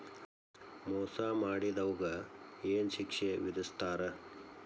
ಮೋಸಾ ಮಾಡಿದವ್ಗ ಏನ್ ಶಿಕ್ಷೆ ವಿಧಸ್ತಾರ?